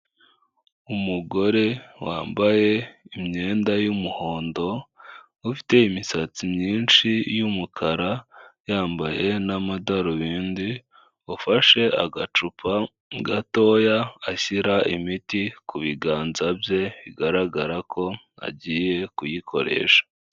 Umugore wambaye imyenda y'umuhondo ufite imisatsi myinshi y'umukara yambaye n'amadarubindi ufashe agacupa gatoya ashyira imiti ku biganza bye bigaragara ko agiye kuyikoresha.